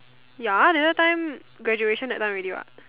ya the other time graduation that time already what